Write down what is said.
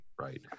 right